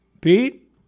Pete